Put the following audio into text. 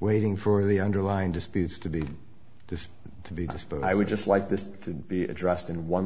waiting for the underlying disputes to be this to be this but i would just like this to be addressed in one